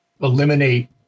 eliminate